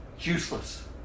Useless